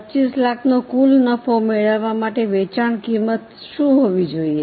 2500000 નો કુલ નફો મેળવવા માટે વેચાણ કિંમત શું હોવી જોઈએ